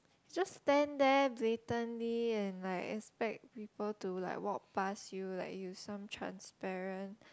just stand there blatantly and like expect people to like walk past you like you some transparent